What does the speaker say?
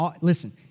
listen